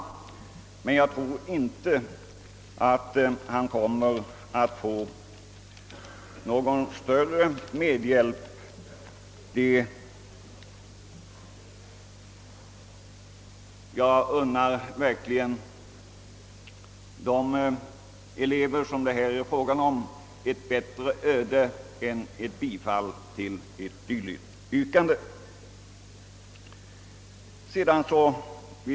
Jag tror dock inte att han där kommer att få något större stöd. Jag unnar verkligen de elever det gäller ett bättre öde än vad ett bifall till ett dylikt yrkande skulle resultera i.